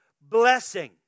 blessing